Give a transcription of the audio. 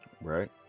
Right